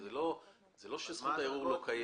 זה לא שזכות הערעור לא קיימת.